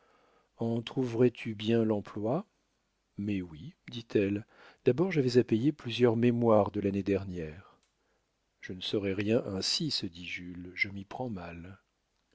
trouverais tu bien l'emploi mais oui dit-elle d'abord j'avais à payer plusieurs mémoires de l'année dernière je ne saurai rien ainsi se dit jules je m'y prends mal